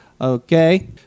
okay